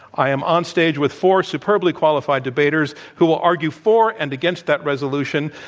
i am onstage with four superbly qualified debaters who will argue for and against that resolution.